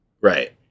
Right